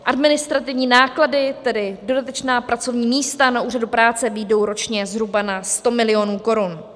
Administrativní náklady, tedy dodatečná pracovní místa na úřadu práce, vyjdou ročně zhruba na 100 mil. korun.